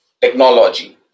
technology